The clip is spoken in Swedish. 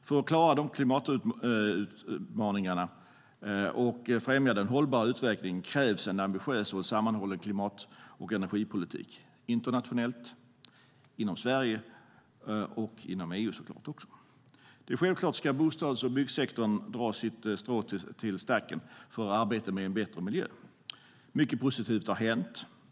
För att klara klimatutmaningarna och främja den hållbara utvecklingen krävs en ambitiös och sammanhållen klimat och energipolitik, internationellt, inom Sverige och inom EU. Självklart ska bostads och byggsektorn dra sitt strå till stacken i arbetet för en bättre miljö. Mycket positivt har hänt.